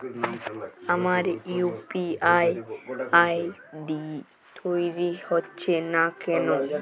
আমার UPI ID তৈরি হচ্ছে না কেনো?